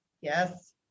Yes